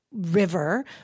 river